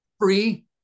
Free